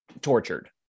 tortured